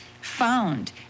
found